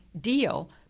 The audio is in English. deal